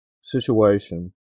situation